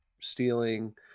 stealing